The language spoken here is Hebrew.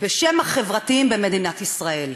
בשם החברתיים במדינת ישראל,